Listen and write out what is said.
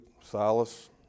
Silas